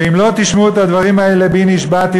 ואם לא תשמעו את הדברים האלה בי נשבעתי